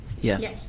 Yes